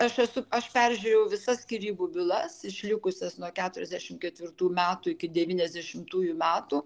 aš esu aš peržiūrėjau visas skyrybų bylas išlikusias nuo keturiasdešim ketvirtų metų iki devyniasdešimtųjų metų